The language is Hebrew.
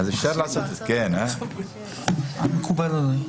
מקובל עלי.